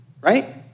right